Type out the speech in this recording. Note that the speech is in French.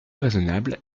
raisonnable